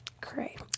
Great